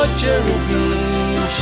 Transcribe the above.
cherubim